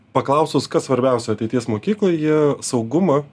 paklausus kas svarbiausia ateities mokykloj jie saugumą